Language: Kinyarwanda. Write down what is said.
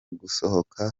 gusohoka